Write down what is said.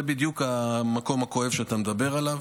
זה בדיוק המקום הכואב שאתה מדבר עליו.